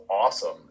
awesome